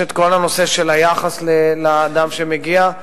יש כל הנושא של היחס לאדם שמגיע,